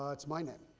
ah it's my name.